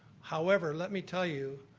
however, let me tell you,